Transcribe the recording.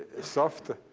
soft,